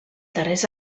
darrers